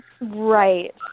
Right